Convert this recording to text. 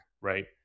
right